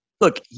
look